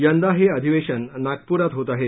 यंदा हे अधिवेशन नागपुरात होत आहे